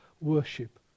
worship